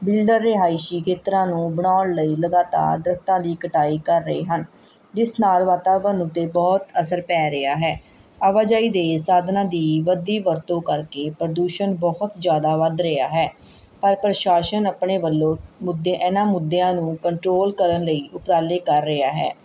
builder ਰਿਹਾਇਸ਼ੀ ਖੇਤਰਾਂ ਨੂੰ ਬਣਾਉਣ ਲਈ ਲਗਾਤਾਰ ਦਰਖਤਾਂ ਦੀ ਕਟਾਈ ਕਰ ਰਹੇ ਹਨ ਜਿਸ ਨਾਲ਼ ਵਾਤਾਵਰਨ ਉੱਤੇ ਬਹੁਤ ਅਸਰ ਪੈ ਰਿਹਾ ਹੈ ਆਵਾਜਾਈ ਦੇ ਸਾਧਨਾਂ ਦੀ ਬੱਧੀ ਵਰਤੋਂ ਕਰਕੇ ਪ੍ਰਦੂਸ਼ਣ ਬਹੁਤ ਜ਼ਿਆਦਾ ਵੱਧ ਰਿਹਾ ਹੈ ਪਰ ਪ੍ਰਸ਼ਾਸਨ ਆਪਣੇ ਵੱਲੋਂ ਮੁੱਦੇ ਇਹਨਾਂ ਮੁੱਦਿਆਂ ਨੂੰ ਕੰਟਰੋਲ ਕਰਨ ਲਈ ਉਪਰਾਲੇ ਕਰ ਰਿਹਾ ਹੈ